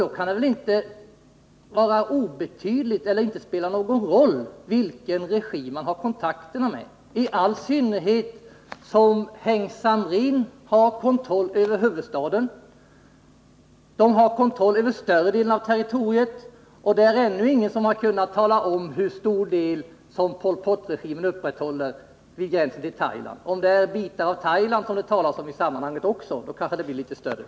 Då kan det väl inte vara så att det inte spelar någon roll vilken regim den svenska regeringen har kontakter med, i synnerhet som Heng Samrin har kontroll över huvudstaden och över större delen av territoriet. Det är ännu ingen som kunnat tala om hur stort område Pol Pot upprätthåller vid gränsen till Thailand. Om det, som det sägs i vissa sammanhang, även ingår vissa delar av Thailand, blir området kanske litet större.